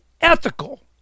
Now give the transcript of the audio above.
ethical